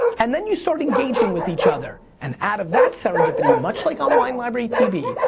and then you start engaging with each other. and out of that serendipity, much like on wine library tv,